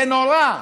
זה נורא,